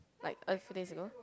like a few days ago